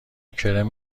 کرم